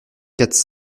quatre